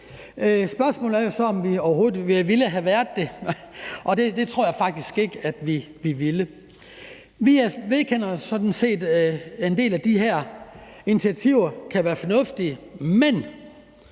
Spørgsmålet er jo så, om vi overhovedet ville have været det, og det tror jeg faktisk ikke at vi ville. Vi vedkender os sådan set, at en del af de her initiativer kan være fornuftige, men